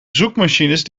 zoekmachines